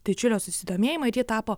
didžiulio susidomėjimo ir ji tapo